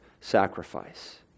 sacrifice